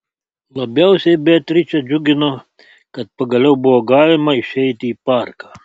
labiausiai beatričę džiugino kad pagaliau buvo galima išeiti į parką